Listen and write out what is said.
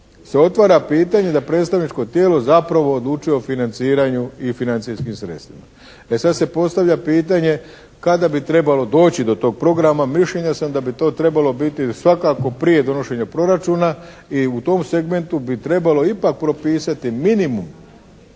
se postavlja pitanje da predstavničko tijelo zapravo odlučuje o financiranju i financijskim sredstvima. E sad se postavlja pitanje kada bi trebalo doći do tog programa. Mišljenja sam da bi to trebalo biti svakako prije donošenja proračuna. I u tom segmentu bi trebalo ipak propisati minimum